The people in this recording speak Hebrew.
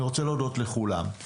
אני רוצה להודות לכולם.